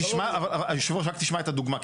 אז תשמע, היושב ראש, תשמע את הדוגמה.